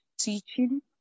teaching